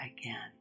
again